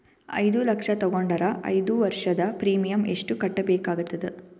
ಐದು ಲಕ್ಷ ತಗೊಂಡರ ಐದು ವರ್ಷದ ಪ್ರೀಮಿಯಂ ಎಷ್ಟು ಕಟ್ಟಬೇಕಾಗತದ?